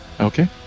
okay